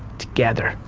together.